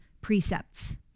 precepts